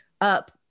up